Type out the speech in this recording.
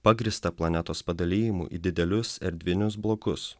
pagrįstą planetos padalijimu į didelius erdvinius blokus